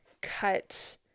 cut